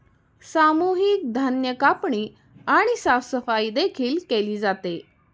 सामूहिक धान्य कापणी आणि साफसफाई देखील केली जाते